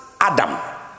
Adam